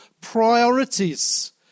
priorities